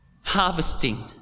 Harvesting